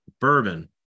bourbon